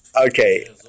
Okay